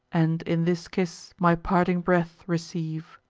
and in this kiss my parting breath receive.